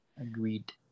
agreed